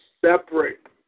separate